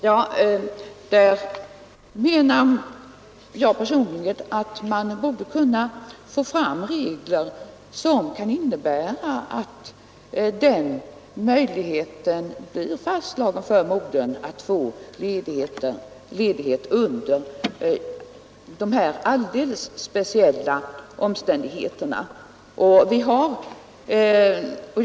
Ja, där menar jag personligen att man borde kunna få fram regler som innebär att möjligheten för modern att få ledighet under dessa alldeles speciella omständigheter blir fastslagen.